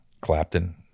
Clapton